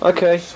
Okay